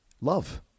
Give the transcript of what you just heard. love